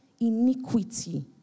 iniquity